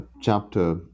chapter